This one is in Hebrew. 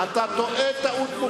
אתה טועה טעות,